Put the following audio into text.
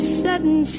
sudden